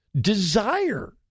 desire